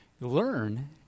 learn